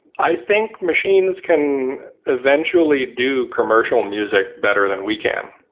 i think machines can eventually do commercial music better than we can.